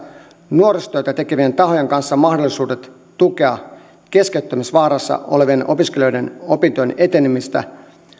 nuorisotyötä tekevien tahojen kanssa mahdollisuudet tukea keskeyttämisvaarassa olevien opiskelijoiden opintojen etenemistä